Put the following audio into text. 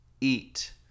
eat